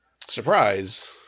Surprise